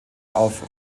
auf